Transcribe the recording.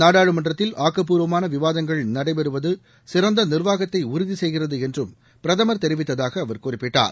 நாடாளுமன்றத்தில் ஆக்கப்பூர்வமான விவாதங்கள் நடைபெறுவது சிறந்த நிர்வாகத்தை உறுதி செய்கிறது என்றும் பிரதமர் தெரிவித்ததாக அவர் குறிப்பிட்டார்